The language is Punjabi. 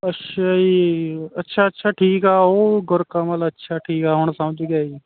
ਅੱਛਾ ਜੀ ਅੱਛਾ ਅੱਛਾ ਠੀਕ ਆ ਉਹ ਗੁਰ ਕਮਲ ਅੱਛਾ ਠੀਕ ਆ ਹੁਣ ਸਮਝ ਗਿਆ ਜੀ